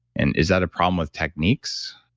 and is that a problem with techniques?